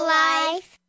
life